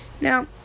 Now